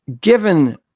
given